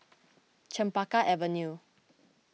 Chempaka Avenue